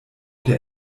der